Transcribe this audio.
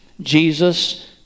Jesus